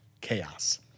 chaos